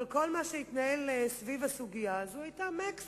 אבל כל מה שהתנהל סביב הסוגיה הזאת היה מקסיקו.